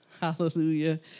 Hallelujah